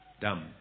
dumb